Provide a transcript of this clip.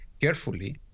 carefully